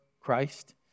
Christ